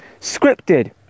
Scripted